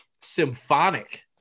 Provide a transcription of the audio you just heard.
symphonic